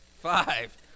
five